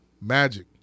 Magic